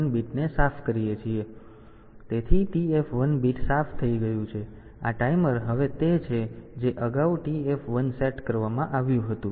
તેથી TF1 bit સાફ થઈ ગયું છે તેથી આ ટાઈમર હવે તે છે જે અગાઉ આ TF1 સેટ કરવામાં આવ્યું હતું